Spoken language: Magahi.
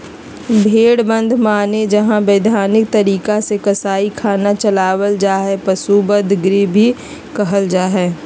भेड़ बध माने जहां वैधानिक तरीका से कसाई खाना चलावल जा हई, पशु वध गृह भी कहल जा हई